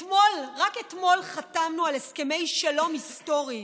אתמול, רק אתמול, חתמנו על הסכמי שלום היסטוריים.